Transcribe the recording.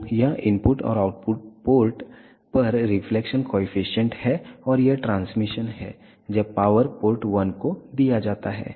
तो यह इनपुट और आउटपुट पोर्ट पर रिफ्लेक्शन कॉएफिशिएंट है और यह ट्रांसमिशन है जब पावर पोर्ट 1 को दिया जाता है